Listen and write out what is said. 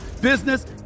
business